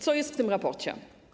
Co jest w tym raporcie?